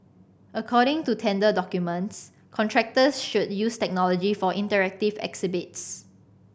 according to tender documents contractors should use technology for interactive exhibits